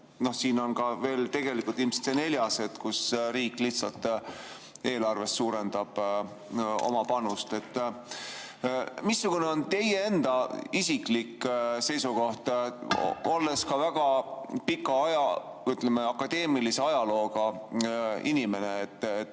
Siin on tegelikult ilmselt ka neljas, kui riik lihtsalt eelarvest suurendab oma panust. Missugune on teie enda isiklik seisukoht, olles ka väga pika, ütleme, akadeemilise ajalooga inimene?